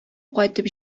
кайтып